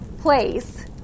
place